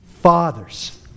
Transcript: Fathers